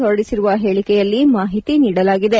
ಹೊರಡಿಸಿರುವ ಹೇಳಿಕೆಯಲ್ಲಿ ಮಾಹಿತಿ ನೀಡಲಾಗಿದೆ